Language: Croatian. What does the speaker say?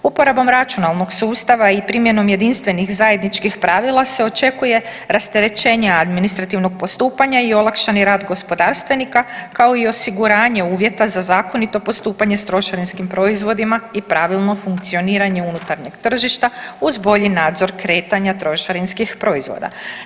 Uporabom računalnog sustava i primjenom jedinstvenih zajedničkih pravila se očekuje rasterećenje administrativnog postupanja i olakšani rad gospodarstvenika kao i osiguranje uvjeta za zakonito postupanje sa trošarinskim proizvodima i pravilno funkcioniranje unutarnjeg tržišta uz bolji nadzor kretanja trošarinskih proizvoda.